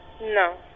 No